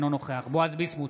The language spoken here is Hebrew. אינו נוכח בועז ביסמוט,